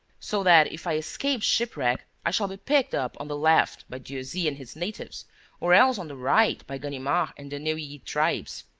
so that, if i escape shipwreck, i shall be picked up on the left by dieuzy and his natives or else on the right by ganimard and the neuilly tribes.